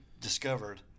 discovered